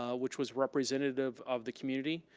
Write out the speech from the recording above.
ah which was representative of the community,